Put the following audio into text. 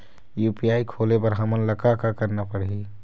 UPI खोले बर हमन ला का का करना पड़ही?